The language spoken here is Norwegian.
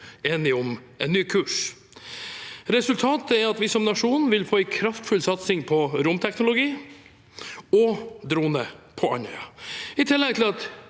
enige om en ny kurs. Resultatet er at vi som nasjon vil få en kraftfull satsing på romteknologi og droner på Andøya, i tillegg til at